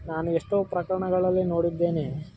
ನಾನು ಎಷ್ಟೋ ಪ್ರಕರಣಗಳಲ್ಲಿ ನೋಡಿದ್ದೇನೆ